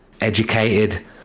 educated